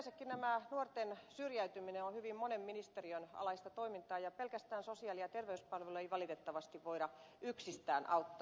yleensäkin tämä nuorten syrjäytyminen on hyvin monen ministeriön alaan kuuluvaa ja pelkästään sosiaali ja terveyspalveluilla ei valitettavasti voida yksistään auttaa